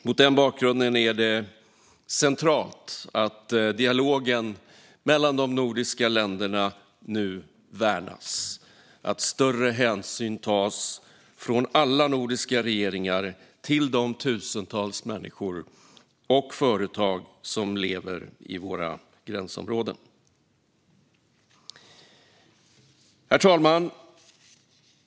Mot den bakgrunden är det centralt att dialogen mellan de nordiska länderna nu värnas och att större hänsyn tas från alla nordiska regeringar till de tusentals människor och företag som lever i våra gränsområden. Herr talman!